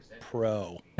Pro